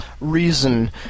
reason